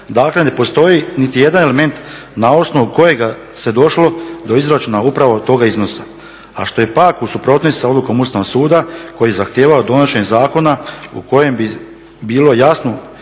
dakle ne postoji niti jedan element na osnovu kojega se došlo do izračuna upravo toga iznosa, a što je pak u suprotnosti s odlukom Ustavnog suda koji je zahtijevao donošenje zakona u kojem bi bili jasno